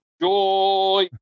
joy